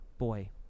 Boy